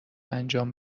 انجام